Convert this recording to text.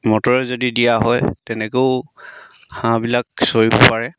মটৰে যদি দিয়া হয় তেনেকৈয়ো হাঁহবিলাক চৰিব পাৰে